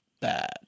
bad